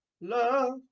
love